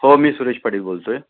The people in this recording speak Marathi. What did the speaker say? हो मी सुरेश पाटील बोलतोय